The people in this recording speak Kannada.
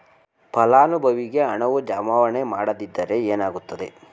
ಫಲಾನುಭವಿಗೆ ಹಣವು ಜಮಾವಣೆ ಆಗದಿದ್ದರೆ ಏನಾಗುತ್ತದೆ?